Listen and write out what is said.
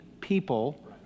people